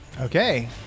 Okay